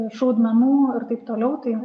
šaudmenų ir taip toliau tai